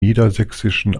niedersächsischen